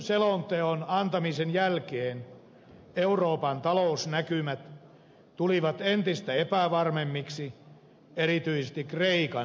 kehysselonteon antamisen jälkeen euroopan talousnäkymät tulivat entistä epävarmemmiksi erityisesti kreikan talousongelmien vuoksi